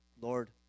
Lord